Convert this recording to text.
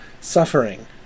suffering